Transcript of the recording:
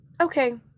okay